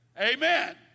Amen